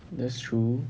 that's true